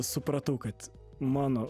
supratau kad mano